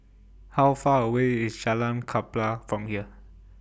How Far away IS Jalan Klapa from here